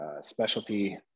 specialty